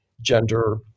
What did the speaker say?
gender